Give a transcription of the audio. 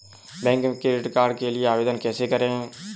Bank में credit card के लिए आवेदन कैसे करें?